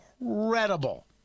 incredible